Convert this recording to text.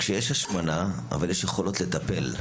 כשיש השמנה, יש יכולות לטפל.